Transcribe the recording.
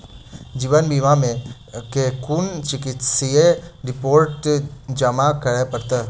जीवन बीमा मे केँ कुन चिकित्सीय रिपोर्टस जमा करै पड़त?